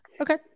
Okay